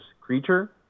creature